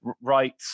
right